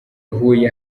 huye